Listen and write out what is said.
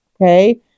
okay